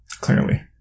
Clearly